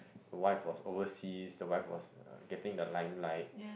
the wife was overseas the wife was uh getting the limelight